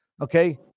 Okay